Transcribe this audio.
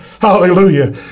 hallelujah